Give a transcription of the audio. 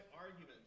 arguments